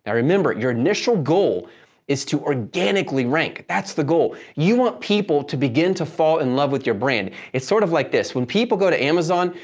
ah remember, your initial goal is to organically rank, that's the goal. you want people to begin to fall in love with your brand. it's sort of like this. when people go to amazon,